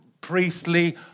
priestly